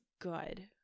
good